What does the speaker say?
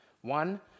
One